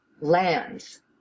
lands